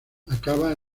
acaba